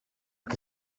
que